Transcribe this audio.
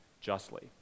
justly